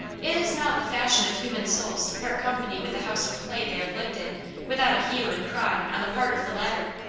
it is not the fashion of human souls to part company with the house of clay they have lived in without a hue and cry on the part of the latter.